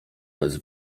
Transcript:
bez